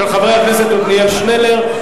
של חבר הכנסת עתניאל שנלר,